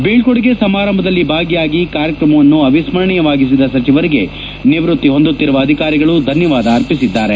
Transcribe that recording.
ಬೀಳೊಡುಗೆ ಸಮಾರಂಭದಲ್ಲಿ ಭಾಗಿಯಾಗಿ ಕಾರ್ಯಕ್ರಮವನ್ನು ಅವಿಸ್ತರಣಿಯವಾಗಿಸಿದ ಸಚಿವರಿಗೆ ನಿವ್ಯಕ್ತಿಹೊಂದುತ್ತಿರುವ ಅಧಿಕಾರಿಗಳು ಧನ್ನವಾದ ಅರ್ಪಿಸಿದ್ದಾರೆ